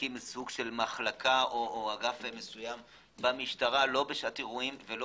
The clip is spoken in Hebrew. להקים סוג של מחלקה או אגף מסוים במשטרה לא בשעת אירועים ולא